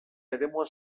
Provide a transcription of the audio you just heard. eremuan